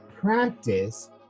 practice